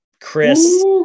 Chris